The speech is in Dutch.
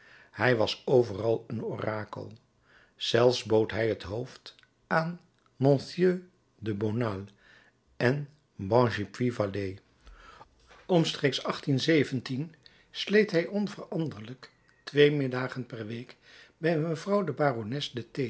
hij was overal een orakel zelfs bood hij het hoofd aan mr de bonald en bengy puy vallée omstreeks sleet hij onveranderlijk twee middagen per week bij mevrouw de barones